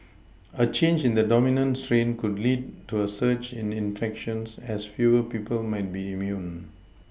a change in the dominant strain could lead to a surge in infections as fewer people might be immune